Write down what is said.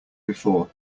before